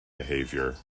behavior